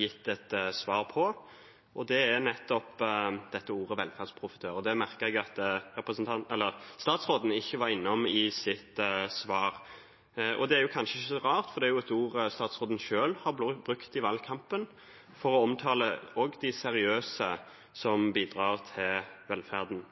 gitt et svar på, og det var om nettopp dette ordet «velferdsprofitør». Det merket jeg meg at statsråden ikke var innom i sitt svar. Det er kanskje ikke så rart, for det er et ord statsråden selv har brukt i valgkampen for å omtale også de seriøse som bidrar til velferden.